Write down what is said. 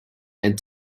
and